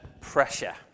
pressure